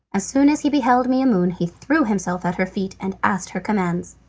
as soon as he beheld maimoune he threw himself at her feet and asked her commands.